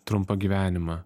trumpą gyvenimą